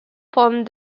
formed